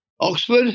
Oxford